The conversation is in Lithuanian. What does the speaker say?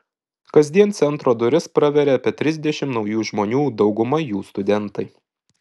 kasdien centro duris praveria apie trisdešimt naujų žmonių dauguma jų studentai